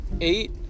eight